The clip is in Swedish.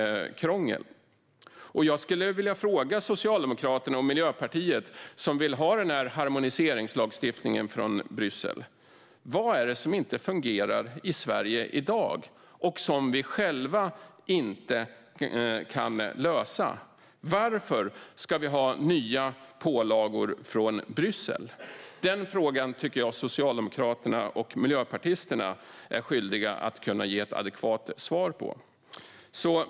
Otillbörliga handels-metoder mellan företag i livsmedelskedjan Jag skulle vilja fråga Socialdemokraterna och Miljöpartiet, som vill ha denna harmoniseringslagstiftning från Bryssel: Vad är det som inte fungerar i Sverige i dag och som vi själva inte kan lösa? Varför ska vi ha nya pålagor från Bryssel? Den frågan tycker jag att socialdemokraterna och miljöpartisterna är skyldiga att ge ett adekvat svar på.